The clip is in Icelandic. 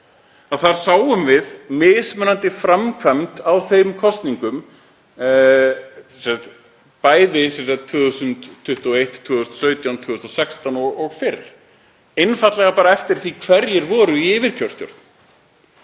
Þar sáum við mismunandi framkvæmd á kosningum, bæði 2021, 2017, 2016 og fyrr, einfaldlega bara eftir því hverjir voru í yfirkjörstjórn.